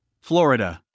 Florida